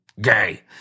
Gay